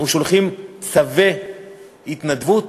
אנחנו שולחים צווי התנדבות.